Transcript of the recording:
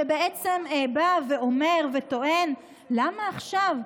שבא ואומר וטוען: למה עכשיו?